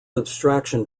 abstraction